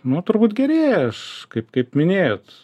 nu turbūt gerėja aš kaip kaip minėjot